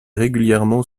régulièrement